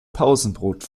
pausenbrot